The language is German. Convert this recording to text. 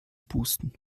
pusten